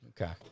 Okay